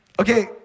Okay